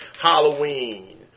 Halloween